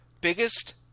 biggest